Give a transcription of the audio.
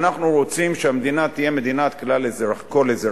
אנחנו רוצים שהמדינה תהיה מדינת כל אזרחיה.